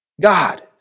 God